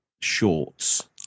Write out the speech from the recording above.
shorts